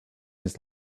his